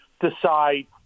decide